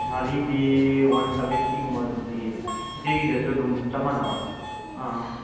ꯉꯥꯔꯤꯗꯤ ꯋꯥꯟ ꯁꯕꯦꯟꯇꯤꯒꯨꯝꯕ ꯑꯗꯨꯝ ꯄꯤꯌꯦ ꯏꯆꯦꯒꯤꯗꯁꯨ ꯑꯗꯨꯝ ꯆꯞ ꯃꯥꯟꯅꯕ꯭ꯔꯣ ꯑꯥ